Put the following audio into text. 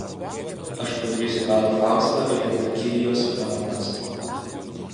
aš padarysiu galą fausto ir jo valkirijos pramanams